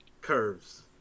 curves